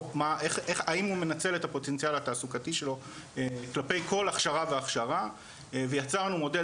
האם הוא מנצל את הפוטנציאל התעסוקתי שלו כלפי כל הכשרה והכשרה ויצרנו מודל